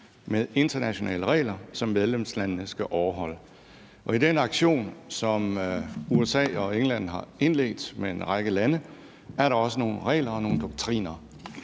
med internationale regler, som medlemslandene skal overholde, og i den aktion, som USA og England har indledt med en række lande, er der også nogle regler og doktriner.